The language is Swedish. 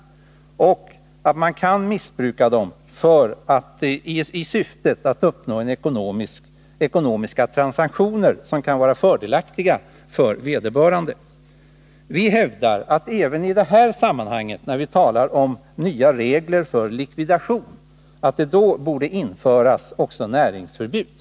Man kan missbruka dem i syfte att genomföra ekonomiska transaktioner som kan vara fördelaktiga för vederbörande. Vi reservanter hävdar, när man nu talar om nya regler för likvidation, att det även i det här sammanhanget borde införas näringsförbud.